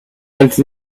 went